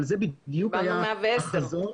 אבל זה בדיוק היה החזון.